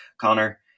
Connor